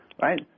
right